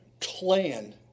clan